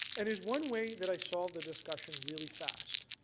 and there's one way that i solve the discussion really fast.